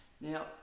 Now